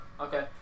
okay